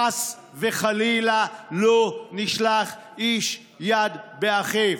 חס וחלילה, לא נשלח יד איש באחיו.